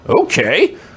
Okay